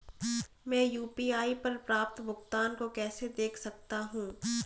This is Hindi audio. मैं यू.पी.आई पर प्राप्त भुगतान को कैसे देख सकता हूं?